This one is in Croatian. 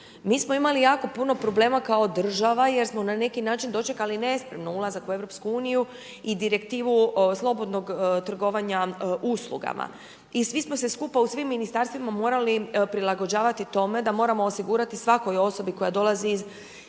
mi smo imali jako puno problema kao država, jer smo na neki način dočekali nespremno ulazak u Europsku uniju i Direktivu slobodnog trgovanja uslugama, i svi smo se skupa u svim Ministarstvima morali prilagođavati tome, da moramo osigurati svakoj osobi koja dolazi iz